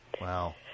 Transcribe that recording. Wow